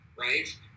right